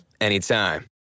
anytime